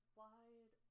wide